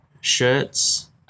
shirts